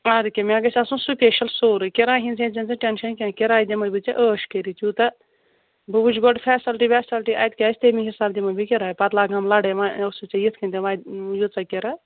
اَدٕ کیٛاہ مےٚ گژھِ آسُن سُپیشَل سورُے کِراے ہِنٛز ہیزن ژٕ ٹٮ۪نشَن کیٚنٛہہ کِراے دِمَے بہٕ ژےٚ ٲش کٔرِتھ یوٗتاہ بہٕ وٕچھِ گۄڈٕ فیسَلٹی ویسَلٹی اَتہِ کیٛاہ آسہِ تمے حِساب دِمے بہٕ کِراے پَتہٕ لاگہٕ ہم لَڑٲے وۄنۍ اوسٕے ژےٚ یِتھ کٔنۍ تہِ وۄنۍ ییٖژاہ کِراے